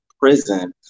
prison